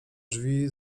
drzwi